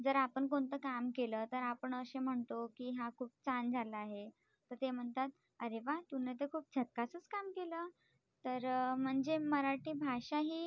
जर आपण कोणतं काम केलं तर आपण असे म्हणतो की हा खूप छान झाला आहे ते म्हणतात अरे व्वा तुम्ही तर खूप झकासच काम केलं तर म्हणजे मराठी भाषा ही